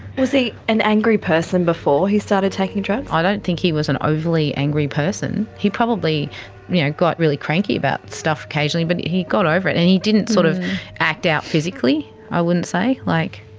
was he an angry person before he started taking drugs? i don't think he was an overly angry person. he probably yeah got really cranky about stuff occasionally but he got over it, and he didn't sort of act out physically i wouldn't say, like,